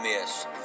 miss